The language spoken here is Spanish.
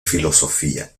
filosofía